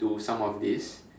to some of this